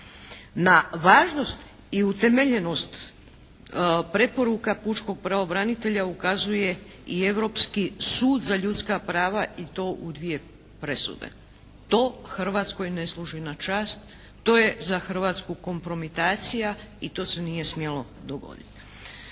Na važnost i utemeljenost preporuka pučkog pravobranitelja ukazuje i Europski sud za ljudska prava i to u dvije presude. To Hrvatskoj ne služi na čast. To je za Hrvatsku kompromitacija i to se nije smjelo dogoditi.